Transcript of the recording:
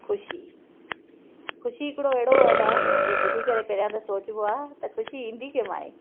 ख़ुशी ख़ुशी हिकिड़ो अहिड़ो वर्ड आहे जो ॿुधी करे पहिरां त सोचिबो आहे त ख़ुशी ईंदी कंहिं मां आहे